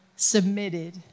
submitted